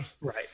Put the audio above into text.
right